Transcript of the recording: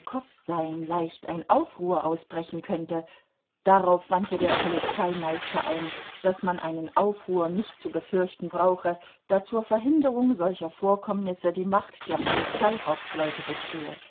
seien leicht ein aufruhr ausbrechen könnte darauf wandte der polizeimeister ein daß man einen aufruhr nicht zu befürchten brauche da zur verhinderung solcher vorkommnisse die macht der polizeihauptleute bestehe